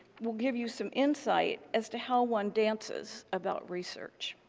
will give you some insight as to how one dances about research.